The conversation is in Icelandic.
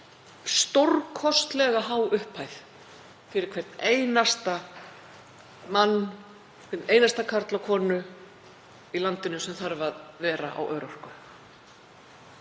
stórkostlega há upphæð fyrir hvern einasta mann, hvern einasta karl og konu í landinu sem þarf að vera á örorku.